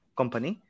company